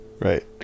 right